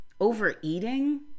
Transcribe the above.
overeating